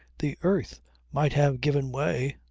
the earth might have given way.